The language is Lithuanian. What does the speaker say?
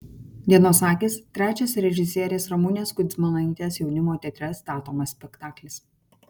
dienos akys trečias režisierės ramunės kudzmanaitės jaunimo teatre statomas spektaklis